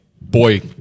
boy